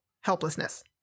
Helplessness